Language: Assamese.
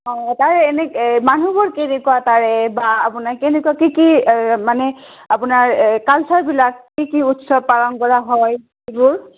অঁ তাৰে এনেই এই মানুহবোৰ কেনেকুৱা তাৰে বা আপোনাক কেনেকুৱা কি কি মানে আপোনাৰ এই কালচাৰবিলাক কি কি উৎসৱ পালন কৰা হয় এইবোৰ